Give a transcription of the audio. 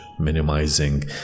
minimizing